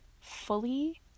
fully